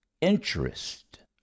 interest